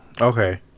Okay